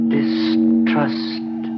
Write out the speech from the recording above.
Distrust